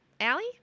Allie